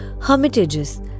hermitages